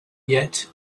yet